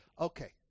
Okay